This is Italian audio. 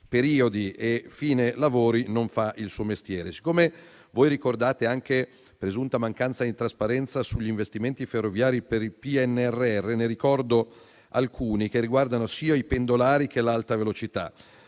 periodi e fine lavori, non fa il suo mestiere. Siccome voi ricordate anche una presunta mancanza di trasparenza sugli investimenti ferroviari per il PNRR, ne ricordo alcuni che riguardano i pendolari che l'Alta velocità: